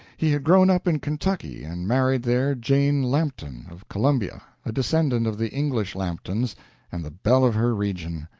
he had grown up in kentucky, and married there jane lampton, of columbia, a descendant of the english lamptons and the belle of her region.